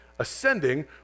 ascending